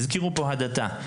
הזכירו פה הדתה.